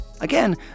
Again